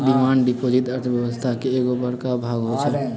demand deposit अर्थव्यवस्था के एगो बड़का भाग होई छै